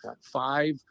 five